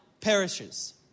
perishes